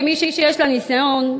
כמי שיש לה ניסיון,